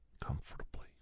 comfortably